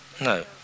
No